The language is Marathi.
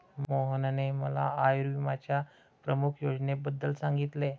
मोहनने मला आयुर्विम्याच्या प्रमुख योजनेबद्दल सांगितले